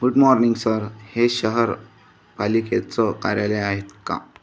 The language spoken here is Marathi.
गुड मॉर्निंग सर हे शहर पालिकेचं कार्यालय आहेत का